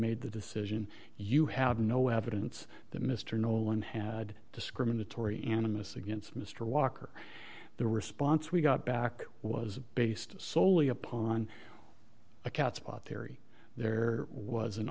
made the decision you have no evidence that mr nolan had discriminatory animists against mr walker the response we got back was based soley upon a catspaw theory there was an